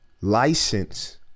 license